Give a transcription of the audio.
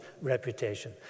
reputation